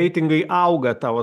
reitingai auga tau